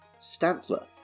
Stantler